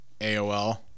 AOL